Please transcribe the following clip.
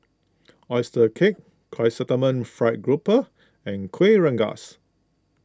Oyster Cake Chrysanthemum Fried Grouper and Kueh Rengas